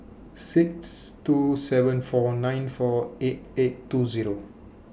six two seven four nine four eight eight two Zero